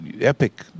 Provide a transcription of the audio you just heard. epic